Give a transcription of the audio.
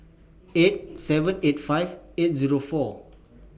eight seven eight five eight Zero four